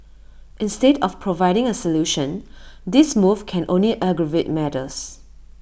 instead of providing A solution this move can only aggravate matters